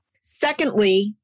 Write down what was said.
Secondly